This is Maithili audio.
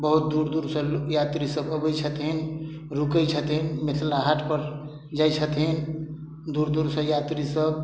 बहुत दूर दूर सऽ यात्री सब अबै छथिन रुकै छथिन मिथिला हाट पर जाइ छथिन दूर दूर से यात्री सब